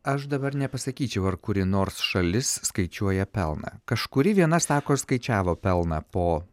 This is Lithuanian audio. aš dabar nepasakyčiau ar kuri nors šalis skaičiuoja pelną kažkuri viena sako skaičiavo pelną po